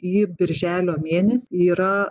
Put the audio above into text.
į birželio mėnesį yra